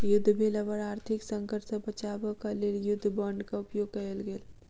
युद्ध भेला पर आर्थिक संकट सॅ बचाब क लेल युद्ध बांडक उपयोग कयल गेल